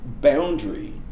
boundary